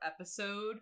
episode